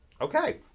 Okay